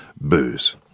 booze